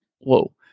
whoa